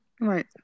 right